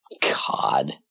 God